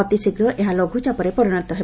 ଅତିଶୀଘ୍ର ଏହା ଲଘୁଚାପରେ ପରିଣତ ହେବ